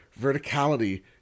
Verticality